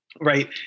right